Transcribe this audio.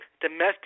domestic